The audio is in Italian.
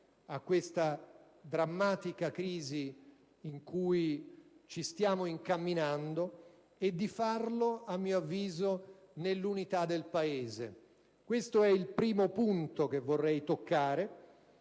a questa drammatica crisi in cui ci stiamo incamminando e di farlo - a mio avviso - nell'unità del Paese. Questo è il primo punto che intendo toccare.